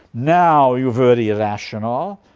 now you're very rational.